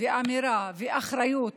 ואמירה ואחריות